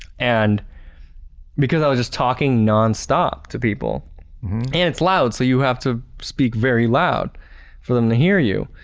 and because i was just talking nonstop to people and it's loud, so you have to speak very loud for them to hear you.